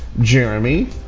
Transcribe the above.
Jeremy